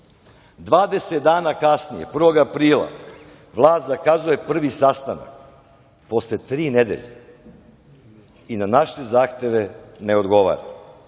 dana kasnije, 1. aprila vlast zakazuje prvi sastanak, posle tri nedelje i na naše zahteve ne odgovara.